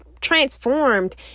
transformed